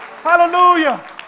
Hallelujah